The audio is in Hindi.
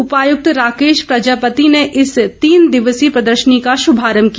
उपायुक्त राकेश प्रजापति ने इस तीन दिवसीय प्रदर्शनी का शुभारम्भ किया